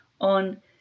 on